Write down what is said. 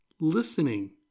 listening